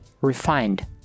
refined